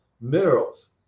minerals